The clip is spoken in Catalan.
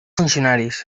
funcionaris